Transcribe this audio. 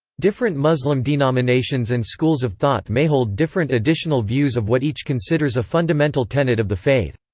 different muslim denominations and schools of thought may hold different additional views of what each considers a fundamental tenet of the faith.